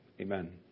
Amen